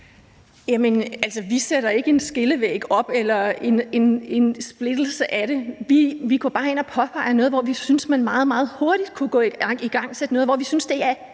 vi sætter ikke en skillevæg op eller laver en splittelse af det. Vi går bare ind og påpeger noget, hvor vi synes, at man meget, meget hurtigt kunne igangsætte